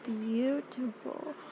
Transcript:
beautiful